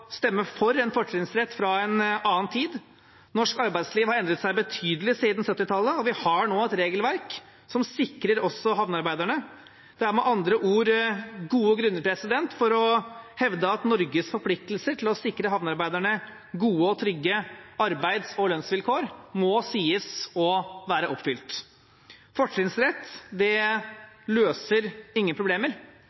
stemme for en fortrinnsrett fra en annen tid. Norsk arbeidsliv har endret seg betydelig siden 1970-tallet, og vi har nå et regelverk som også sikrer havnearbeiderne. Det er m.a.o. gode grunner til å hevde at Norges forpliktelser til å sikre havnearbeiderne gode og trygge arbeids- og lønnsvilkår må sies å være oppfylt. Fortrinnsrett løser ingen problemer. Det